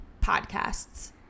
podcasts